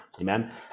Amen